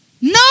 No